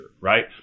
right